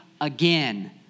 again